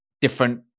different